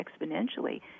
exponentially